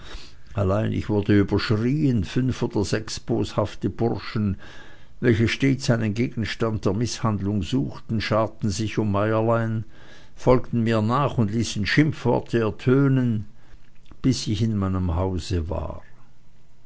allein ich wurde überschrieen fünf oder sechs boshafte bursche welche stets einen gegenstand der mißhandlung suchten scharten sich um meierlein folgten mir nach und ließen schimpfworte ertönen bis ich in meinem hause war